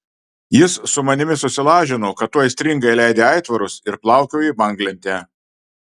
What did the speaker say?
jis su manimi susilažino kad tu aistringai leidi aitvarus ir plaukioji banglente